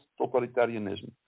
totalitarianism